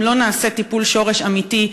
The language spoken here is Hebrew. אם לא נעשה טיפול שורש אמיתי,